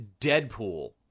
Deadpool